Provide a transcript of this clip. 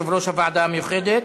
יושב-ראש הוועדה המיוחדת,